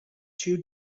two